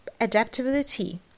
adaptability